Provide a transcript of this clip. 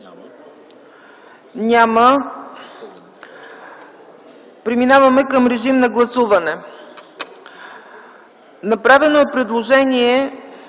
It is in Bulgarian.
Няма. Преминаваме към гласуване. Направено е предложение